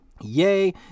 yay